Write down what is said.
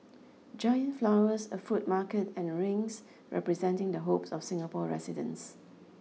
giant flowers a fruit market and rings representing the hopes of Singapore residents